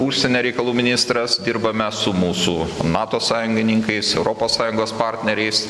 užsienio reikalų ministras dirbame su mūsų nato sąjungininkais europos sąjungos partneriais